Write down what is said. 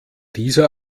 dieser